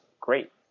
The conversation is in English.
great